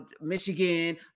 Michigan